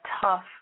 tough